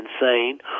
insane